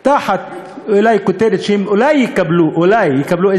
תחת כותרת שהם אולי יקבלו, אולי יקבלו,